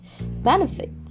benefit